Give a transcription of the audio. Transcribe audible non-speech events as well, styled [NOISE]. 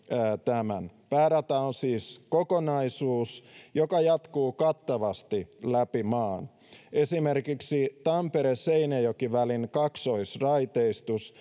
tämän päärata on siis kokonaisuus joka jatkuu kattavasti läpi maan esimerkiksi tampere seinäjoki välin kaksoisraiteistus [UNINTELLIGIBLE]